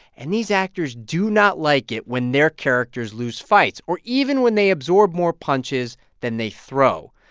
and these actors do not like it when their characters lose fights, or even when they absorb more punches than they throw.